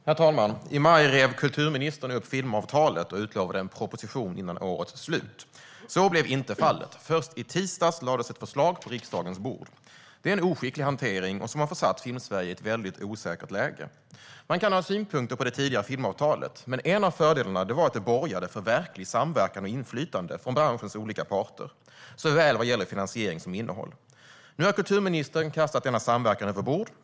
Herr talman! I maj rev kulturministern upp filmavtalet och utlovade en proposition före årets slut. Så blev inte fallet - först i tisdags lades ett förslag på riksdagens bord. Det är en oskicklig hantering som har försatt Filmsverige i ett väldigt osäkert läge. Man kan ha synpunkter på det tidigare filmavtalet, men en av fördelarna var att det borgade för verklig samverkan och inflytande från branschens olika parter vad gäller såväl finansiering som innehåll. Nu har kulturministern kastat denna samverkan över bord.